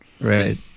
right